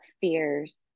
fears